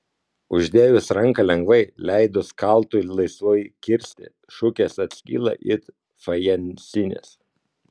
uždėjus ranką lengvai leidus kaltui laisvai kirsti šukės atskyla it fajansinės